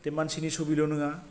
बे मानसिनि सबिल' नङा